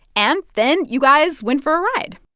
and then you guys went for a ride